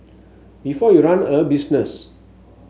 before you run a business